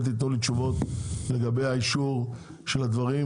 תתנו לי תשובות לגבי האישור של הדברים,